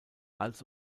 als